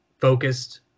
focused